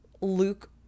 Luke